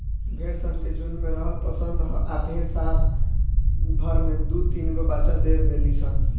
भेड़ सन के झुण्ड में रहल पसंद ह आ भेड़ साल भर में दु तीनगो बच्चा दे देली सन